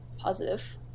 positive